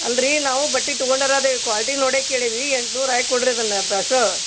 ಅಲ್ಲರೀ ನಾವು ಬಟ್ಟೆ ತಗೊಂಡಾರ ಅದೇವಿ ಕ್ವಾಲ್ಟಿ ನೋಡೇ ಕೇಳೀವಿ ಎಂಟುನೂರು ಹಾಕ್ ಕೊಡಿರಿ ಅದನ್ನು ಬ್ರಾಸ್ಸೋ